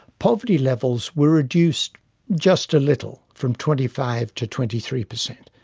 poverty levels were reduced just a little, from twenty five to twenty three per cent.